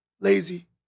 Lazy